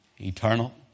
Eternal